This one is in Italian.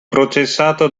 processato